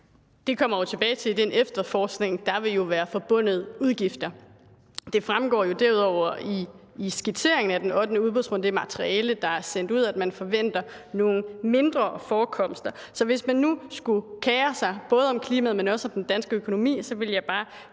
Det fører tilbage til, at den efterforskning jo vil være forbundet med udgifter. Det fremgår jo derudover i skitseringen af den ottende udbudsrunde – et materiale, der er sendt ud – at man forventer nogle mindre forekomster. Så hvis man nu skulle kere sig både om klimaet, men også om den danske økonomi, vil jeg bare